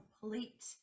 complete